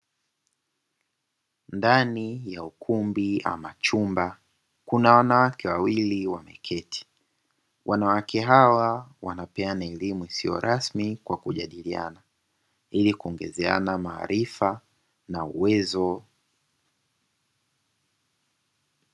Ndani ya ukumbi ama chumba kuna wanawake wawili wameketi. Wanawake hawa wanapeana elimu isiyo rasmi kwa kujadiliana ili kuongezeana maarifa na uwezo